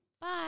bye